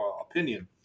opinion